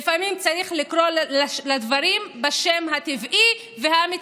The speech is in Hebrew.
לפעמים צריך לקרוא לדברים בשם הטבעי והאמיתי